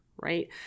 right